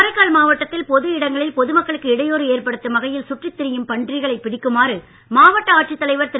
காரைக்கால் மாவட்டத்தில் பொது இடங்களில் பொதுமக்களுக்கு இடையூறு ஏற்படுத்தும் வகையில் சுற்றித்திரியும் பன்றிகளைப் பிடிக்குமாறு மாவட்ட ஆட்சித் தலைவர் திரு